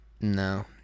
no